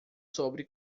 sobre